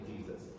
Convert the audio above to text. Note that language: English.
Jesus